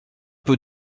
peu